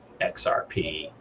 xrp